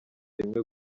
rimwe